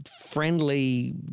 friendly